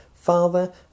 father